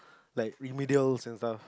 like remedials and stuff